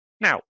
Now